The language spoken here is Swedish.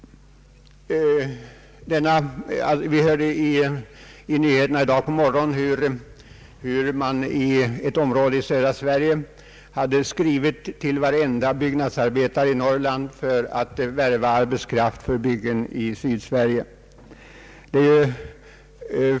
Vi kunde i nyheterna i dag på morgonen höra hur man från ett område i södra Sverige hade skrivit till varje byggnadsarbetare i Norrland för att värva arbetskraft till byggen i Sydsverige.